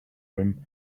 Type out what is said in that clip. room